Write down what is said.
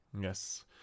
Yes